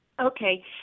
Okay